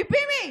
מפי מי?